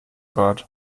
bart